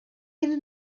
iddyn